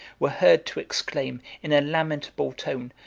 were heard to exclaim in a lamentable tone,